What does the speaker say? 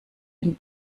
den